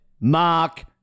Mark